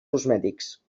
cosmètics